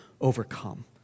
overcome